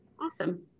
Awesome